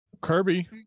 Kirby